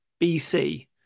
BC